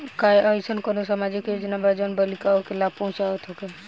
का एइसन कौनो सामाजिक योजना बा जउन बालिकाओं के लाभ पहुँचावत होखे?